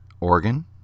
organ